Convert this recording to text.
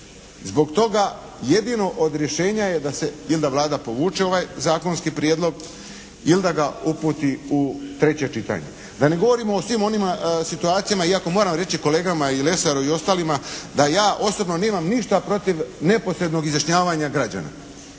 Zbog toga jedino od rješenja je ili da se, ili da Vlada povuče ovaj zakonski prijedlog ili da ga uputi u treće čitanje. Da ne govorimo o svim onima situacijama, iako moram reći kolegama i Lesaru i ostalima da ja osobno nemam ništa protiv neposrednog izjašnjavanja građana.